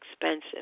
expensive